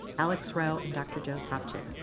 alex rowe and dr. joe sopcich.